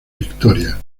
victoria